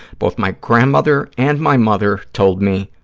both my grandmother and my mother told me,